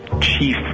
chief